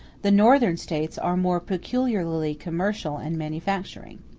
the northern states are more peculiarly commercial and manufacturing.